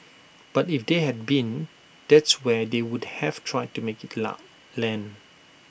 but if they had been that's where they would have tried to make IT laugh land